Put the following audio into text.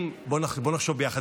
בוא נחשוב ביחד,